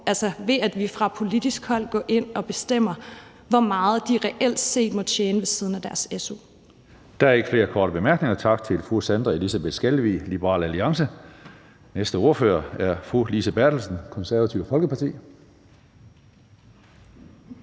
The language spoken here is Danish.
for, ved at vi fra politisk hold går ind og bestemmer, hvor meget de reelt set må tjene ved siden af deres su. Kl. 10:53 Tredje næstformand (Karsten Hønge): Der er ikke flere korte bemærkninger. Tak til fru Sandra Elisabeth Skalvig, Liberal Alliance. Næste ordfører er fru Lise Bertelsen, Det Konservative Folkeparti.